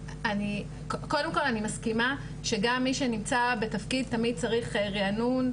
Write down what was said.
קודם כל אני מסכימה שמי שנמצא בתפקיד תמיד צריך רענון,